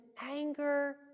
anger